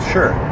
Sure